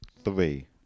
Three